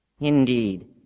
Indeed